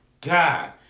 God